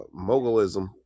mogulism